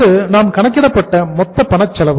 இது நாம் கணக்கிட்ட மொத்த பண செலவு